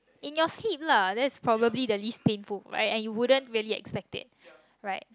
in your hip lah that's probably the least painful and and you wouldn't really expect it right